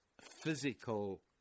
physical